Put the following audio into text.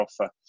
offer